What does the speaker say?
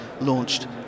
launched